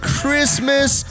Christmas